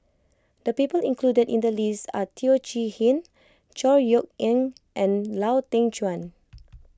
the people included in the list are Teo Chee Hean Chor Yeok Eng and Lau Teng Chuan